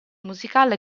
musicale